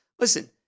listen